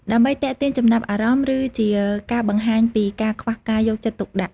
ដើម្បីទាក់ទាញចំណាប់អារម្មណ៍ ឬជាការបង្ហាញពីការខ្វះការយកចិត្តទុកដាក់។